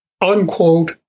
unquote